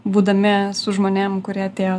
būdami su žmonėm kurie atėjo